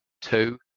two